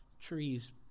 trees